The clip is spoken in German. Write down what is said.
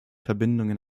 verbindungen